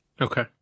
Okay